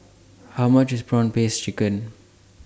How much IS Prawn Paste Chicken